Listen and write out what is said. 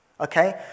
Okay